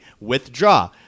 Withdraw